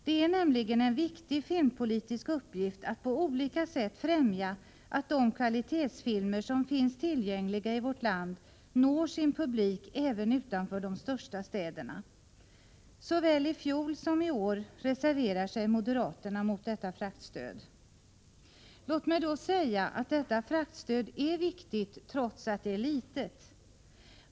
Det är nämligen en viktig filmpolitisk uppgift att på olika sätt verka för att de kvalitetsfilmer som finns tillgängliga i vårt land når sin publik även utanför de största städerna. Såväl i fjol som i år reserverar sig moderaterna mot detta fraktstöd. Låt mig då säga att detta fraktstöd är viktigt trots att det är litet.